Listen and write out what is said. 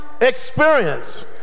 experience